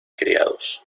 criados